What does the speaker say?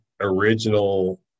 original